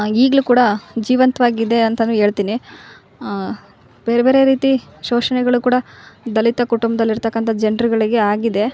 ಈಗಲೂ ಕೂಡ ಜೀವಂತವಾಗಿದೆ ಅಂತನು ಹೇಳ್ತಿನಿ ಬೇರ್ಬೇರೆ ರೀತಿ ಶೋಷಣೆಗಳು ಕೂಡ ದಲಿತ ಕುಟುಂಬದಲಿರ್ತಕಂಥ ಜನ್ರುಗಳಿಗೆ ಆಗಿದೆ